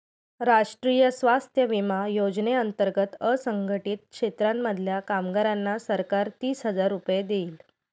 राष्ट्रीय स्वास्थ्य विमा योजने अंतर्गत असंघटित क्षेत्रांमधल्या कामगारांना सरकार तीस हजार रुपये देईल